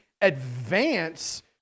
advance